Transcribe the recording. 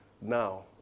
now